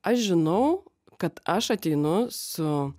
aš žinau kad aš ateinu su